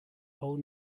whole